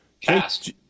Cast